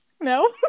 No